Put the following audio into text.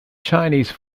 chinese